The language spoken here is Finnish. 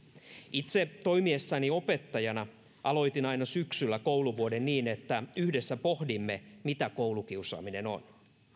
itse toimiessani opettajana aloitin aina syksyllä kouluvuoden niin että yhdessä pohdimme mitä koulukiusaaminen on